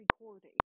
recording